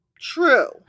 True